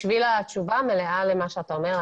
בשביל התשובה המלאה למה שאתה אומר,